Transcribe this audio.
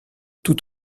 tout